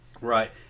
Right